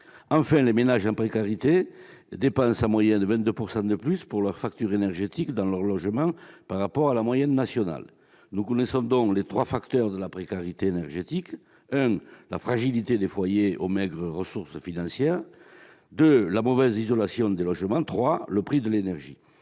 Enfin, les ménages en précarité dépensent en moyenne 22 % de plus pour la facture énergétique de leur logement que la moyenne nationale. Nous connaissons donc les trois facteurs de la précarité énergétique : premièrement, la fragilité des foyers aux maigres ressources financières ; deuxièmement, la mauvaise isolation des logements ; troisièmement, le prix de l'énergie.